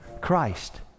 christ